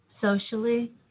socially